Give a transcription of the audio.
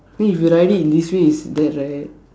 I mean if you write it in this way is that right